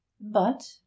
But